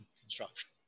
construction